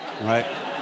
right